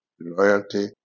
loyalty